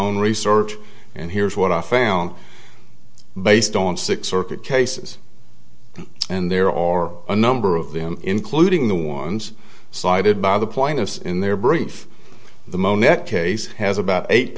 an research and here's what i found based on six circuit cases and there or a number of them including the ones cited by the point of in their brief the mo nec case has about eight